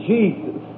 Jesus